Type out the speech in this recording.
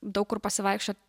daug kur pasivaikščiot